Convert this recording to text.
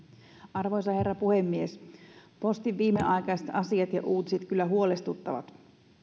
arvoisa herra puhemies postin viimeaikaiset asiat ja uutiset kyllä huolestuttavat